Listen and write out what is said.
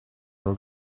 your